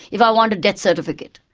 if i want a death certificate,